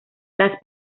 las